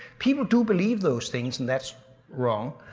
people do believe those things, and that's wrong.